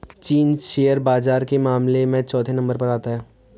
चीन शेयर बाजार के मामले में चौथे नम्बर पर आता है